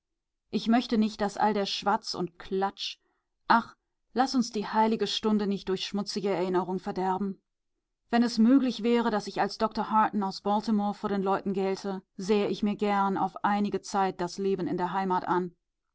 ich möchte nicht daß all der schwatz und klatsch ach laß uns die heilige stunde nicht durch schmutzige erinnerung verderben wenn es möglich wäre daß ich als doktor harton aus baltimore vor den leuten gälte sähe ich mir gern auf einige zeit das leben in der heimat an